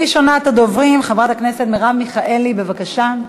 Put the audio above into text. ראשונת הדוברים, חברת הכנסת מרב מיכאלי, בבקשה.